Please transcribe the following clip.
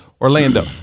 Orlando